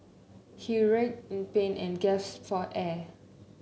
he writhed in pain and gasped for air